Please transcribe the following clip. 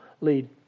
lead